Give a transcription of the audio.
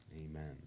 Amen